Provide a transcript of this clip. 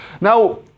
Now